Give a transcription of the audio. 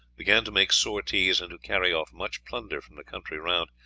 began to make sorties and to carry off much plunder from the country round,